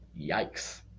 yikes